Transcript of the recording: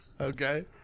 Okay